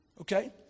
Okay